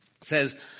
says